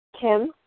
Kim